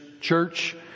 church